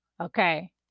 okay